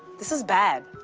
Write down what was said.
this is bad.